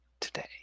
today